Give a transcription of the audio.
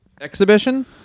Exhibition